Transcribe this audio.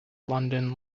london